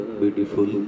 beautiful